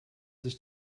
sich